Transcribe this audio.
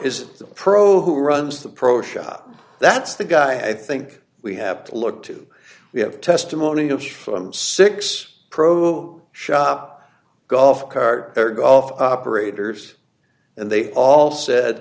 the pro who runs the pro shop that's the guy i think we have to look to we have the testimony of six pro shop golf cart or golf operators and they all said